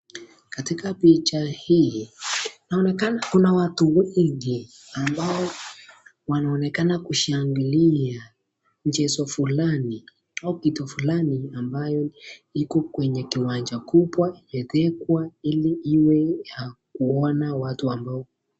Katika picha hii inaonekana kuna watu wengi ambao wanaonekana kushangilia mchezo fulani au kitu fulani ambayo iko kwenye kiwanja kubwa ili ya kuona watu ambao.